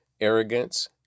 arrogance